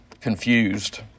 confused